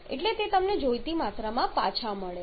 એટલે તે તમને જોઈતી માત્રામાં પાછા મળશે